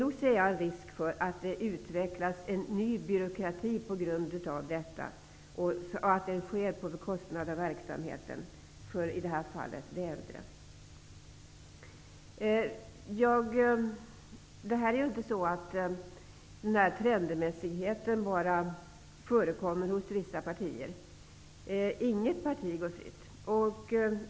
Nog ser jag en risk för att det utvecklas en ny byråkrati på bekostnad av verksamheten för de äldre, i det här fallet. Den här trendmässigheten förekommer ju inte bara hos vissa partier. Inget parti går fritt.